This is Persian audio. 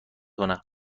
کنه